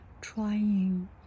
trying